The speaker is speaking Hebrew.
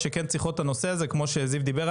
נראה כבר היום איך אנחנו מסדירים את הנושא הזה